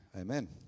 Amen